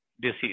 disease